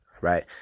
right